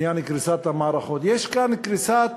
עניין קריסת המערכות, יש כאן קריסת